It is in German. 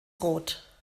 rot